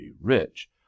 rich